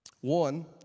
One